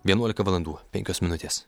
vienuolika valandų penkios minutės